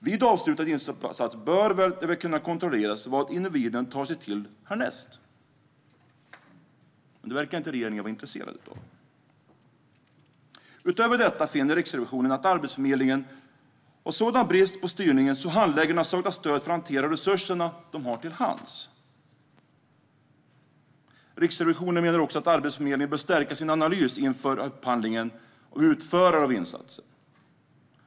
Vid avslutad insats bör det väl kunna kontrolleras vad individen tar sig till härnäst? Men det verkar regeringen inte vara intresserad av. Utöver detta finner Riksrevisionen att Arbetsförmedlingen har en sådan brist på styrning att handläggarna saknar stöd för att hantera de resurser de har till hands. Riksrevisionen menar också att Arbetsförmedlingen bör stärka sin analys inför upphandlingen av utförare av insatsen.